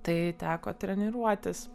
tai teko treniruotis